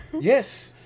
Yes